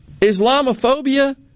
Islamophobia